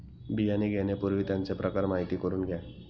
बियाणे घेण्यापूर्वी त्यांचे प्रकार माहिती करून घ्या